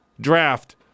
draft